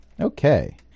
Okay